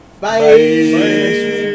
Bye